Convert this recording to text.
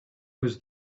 was